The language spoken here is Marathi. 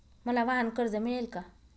मला वाहनकर्ज मिळेल का?